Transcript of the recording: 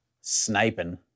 Sniping